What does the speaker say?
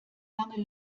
lange